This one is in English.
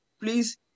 please